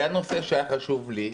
היה נושא שהיה חשוב לי,